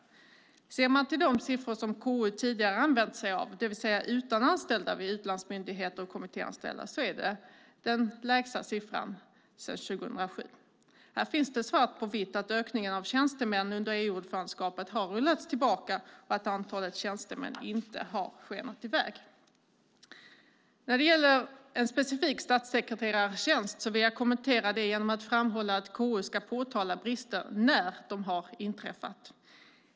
Ser man till de siffror som KU tidigare använt sig av, alltså utan anställda vid utlandsmyndigheter och kommittéanställda, är det den lägsta siffran sedan 2007. Här finns det svart på vitt att ökningen av tjänstemän under ordförandeskapet har rullats tillbaka och att antalet tjänstemän inte har skenat iväg. När det gäller en specifik statssekreterartjänst vill jag kommentera det genom att framhålla att KU ska påtala brister när de har inträffat.